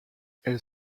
elles